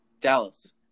Dallas